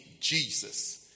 Jesus